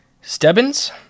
Stebbins